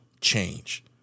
change